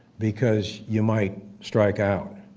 because you might strike out.